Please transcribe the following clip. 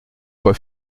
j’aie